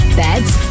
beds